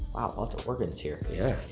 wow, lots of oregons here. yeah,